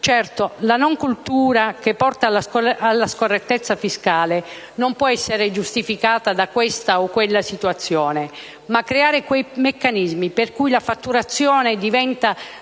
la non cultura che porta alla scorrettezza fiscale non può essere giustificata da questa o quella situazione, ma creare quei meccanismi per cui la fatturazione da